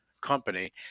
company